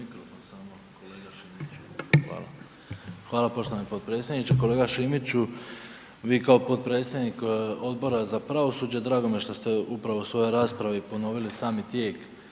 Hvala poštovani potpredsjedniče.